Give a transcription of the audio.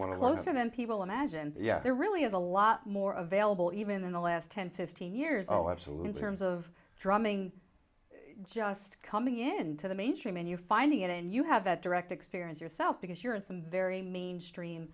want to listen then people imagine yeah there really is a lot more available even in the last ten fifteen years oh absolutely terms of drumming just coming into the mainstream and you finding it and you have that direct experience yourself because you're in some very mainstream